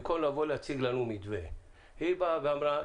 במקום להציג לנו מתווה היא באה ואמרה,